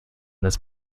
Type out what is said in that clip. this